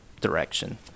direction